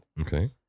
Okay